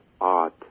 art